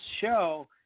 show